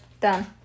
Done